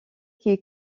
qui